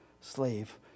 slave